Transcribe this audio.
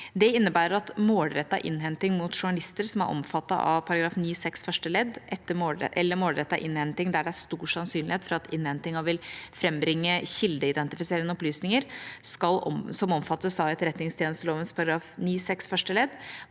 Det innebærer at målrettet innhenting mot journalister som er omfattet av § 9-6 første ledd, eller målrettet innhenting der det er stor sannsynlighet for at innhentingen vil frambringe kildeidentifiserende opplysninger som omfattes av etterretningstjenestelovens § 9-6 første ledd,